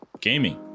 gaming